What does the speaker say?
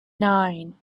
nine